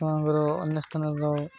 ସେମାନଙ୍କର ଅନ୍ୟ ସ୍ଥାନରୁ